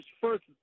first